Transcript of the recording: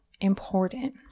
important